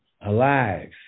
alive